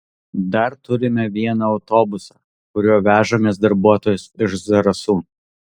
dar turime vieną autobusą kuriuo vežamės darbuotojus iš zarasų